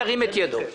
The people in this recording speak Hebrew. ירים את ידו.